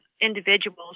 individuals